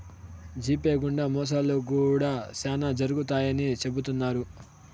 GPay గుండా మోసాలు కూడా శ్యానా జరుగుతాయని చెబుతున్నారు